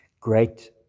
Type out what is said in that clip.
great